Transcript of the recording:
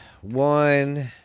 one